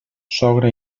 sogra